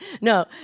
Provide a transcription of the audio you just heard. No